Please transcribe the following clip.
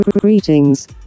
Greetings